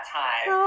time